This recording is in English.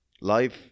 life